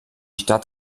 stadt